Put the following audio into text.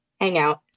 hangout